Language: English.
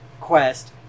quest